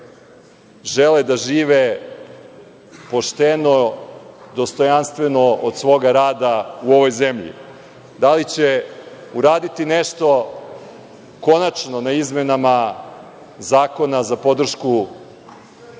žele da žive pošteno, dostojanstveno od svoga rada u ovoj zemlji? Da li će uraditi nešto konačno na izmenama Zakona za podršku